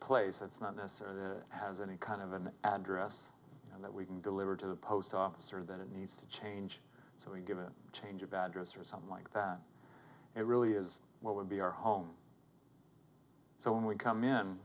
place that's not necessarily has any kind of an address that we can deliver to the post office or that it needs to change so we give it a change of address or something like that it really is what would be our home so when we come in